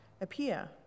appear